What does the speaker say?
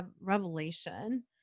revelation